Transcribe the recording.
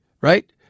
right